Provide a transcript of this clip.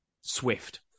Swift